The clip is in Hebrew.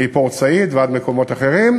מפורט-סעיד ועד מקומות אחרים.